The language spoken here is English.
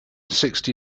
sixty